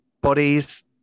bodies